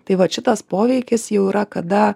tai vat šitas poveikis jau yra kada